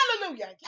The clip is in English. Hallelujah